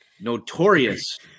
notorious